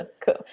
Cool